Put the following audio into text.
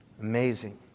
Amazing